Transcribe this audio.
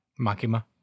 Makima